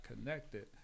connected